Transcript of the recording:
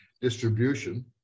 Distribution